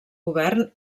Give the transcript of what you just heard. govern